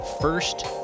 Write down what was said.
first